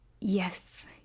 yes